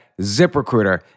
ZipRecruiter